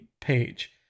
page